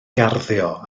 garddio